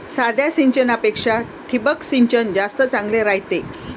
साध्या सिंचनापेक्षा ठिबक सिंचन जास्त चांगले रायते